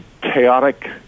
chaotic